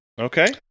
Okay